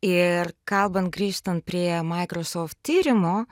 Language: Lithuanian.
ir kalbant grįžtant prie microsoft tyrimo